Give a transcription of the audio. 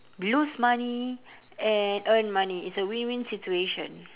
lose money and earn money it's a win win situation